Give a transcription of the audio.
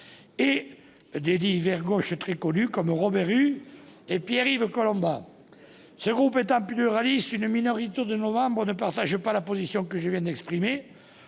personnalités de gauche très connues comme Robert Hue et Pierre-Yves Collombat. Ce groupe étant pluraliste, une minorité de nos membres ne partage pas la position que je viens d'exprimer.